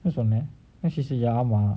that's from there then she say ya mah